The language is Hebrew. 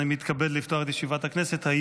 אני מתכבד לפתוח את ישיבת הכנסת.